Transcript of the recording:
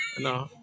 No